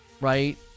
Right